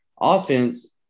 offense